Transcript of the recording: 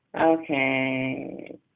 Okay